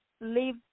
leave